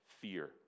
fear